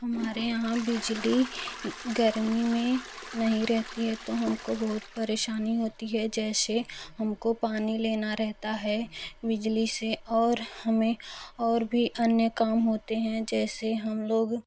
हमारे यहाँ बिजली गर्मी में नहीं रहती है तो हम को बहुत परेशानी होती है कि जैसे हम को पानी लेना रहता है बिजली से और हमें और भी अन्य काम होतें हैं जैसे हम लोग